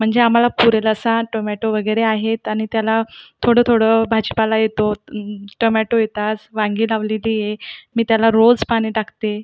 म्हणजे आम्हाला पुरेल असा टोमॅटो वगैरे आहेत आणि त्याला थोडं थोडं भाजीपाला येतो टोमॅटो येतास वांगी लावलेली आहे मी त्याला रोज पाणी टाकते